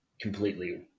completely